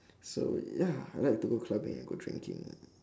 so ya I like to go clubbing and go drinking